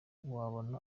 wabonye